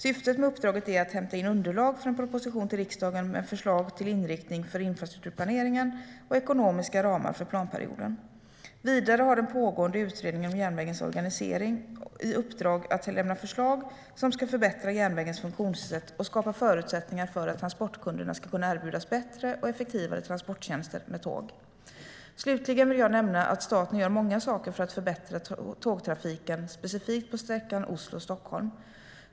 Syftet med uppdraget är att hämta in underlag för en proposition till riksdagen med förslag till inriktning för infrastrukturplaneringen och ekonomiska ramar för planperioden. Vidare har den pågående Utredningen om järnvägens organisation i uppdrag att lämna förslag som ska förbättra järnvägens funktionssätt och skapa förutsättningar för att transportkunderna ska kunna erbjudas bättre och effektivare transporttjänster med tåg. Slutligen vill jag nämna att staten gör många saker för att förbättra tågtrafiken specifikt på sträckan Oslo-Stockholm.